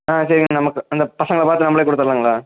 ஆ சரிங்கண்ணா நமக்கு அந்த பசங்கள் பார்த்து நம்மளே கொடுத்துருலாங்களா